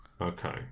Okay